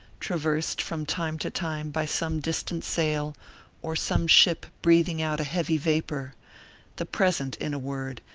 traversed from time to time by some distant sail or some ship breathing out a heavy vapor the present, in a word,